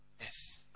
Yes